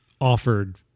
offered